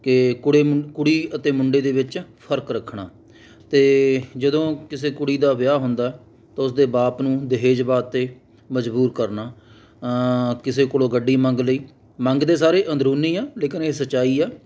ਕਿ ਕੁੜੇਮ ਕੁੜੀ ਅਤੇ ਮੁੰਡੇ ਦੇ ਵਿੱਚ ਫਰਕ ਰੱਖਣਾ ਅ ਜਦੋਂ ਕਿਸੇ ਕੁੜੀ ਦਾ ਵਿਆਹ ਹੁੰਦਾ ਤਾਂ ਉਸ ਦੇ ਬਾਪ ਨੂੰ ਦਹੇਜ ਵਾਸਤੇ ਮਜਬੂਰ ਕਰਨਾ ਕਿਸੇ ਕੋਲੋਂ ਗੱਡੀ ਮੰਗ ਲਈ ਮੰਗਦੇ ਸਾਰੇ ਅੰਦਰੂਨੀ ਆ ਲੇਕਿਨ ਇਹ ਸੱਚਾਈ ਆ